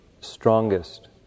strongest